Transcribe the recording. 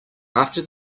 after